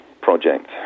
project